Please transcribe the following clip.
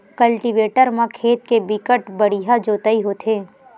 cultivator म खेत के बिकट बड़िहा जोतई होथे